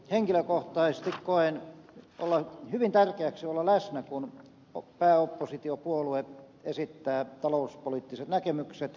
henkilökohtaisesti koen hyvin tärkeäksi olla läsnä kun pääoppositiopuolue esittää talouspoliittiset näkemykset talousarvioaloitteitten muodossa